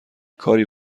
کاری